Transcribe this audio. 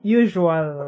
usual